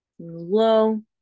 Low